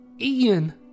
Ian